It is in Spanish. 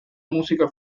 música